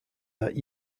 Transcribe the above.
that